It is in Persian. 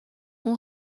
اون